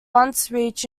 reached